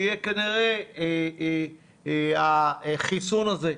כנראה יהיה החיסון הזה.